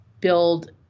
build